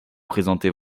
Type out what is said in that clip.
présenter